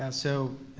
and so.